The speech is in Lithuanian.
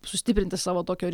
sustiprinti savo tokio